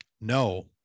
no